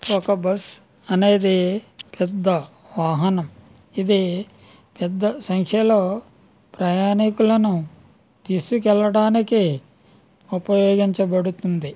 ఒక బస్సు అనేది పెద్ద వాహనం ఇది పెద్ద సంఖ్యలో ప్రయాణికులను తీసుకు వెళ్ళడానికి ఉపయోగించబడుతుంది